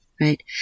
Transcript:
Right